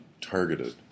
targeted